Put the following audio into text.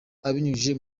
abinyujije